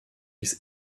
dies